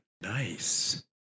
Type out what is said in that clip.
Nice